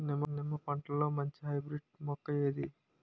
నిమ్మ పంటలో మంచి హైబ్రిడ్ మొక్క ఏది?